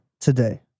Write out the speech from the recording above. today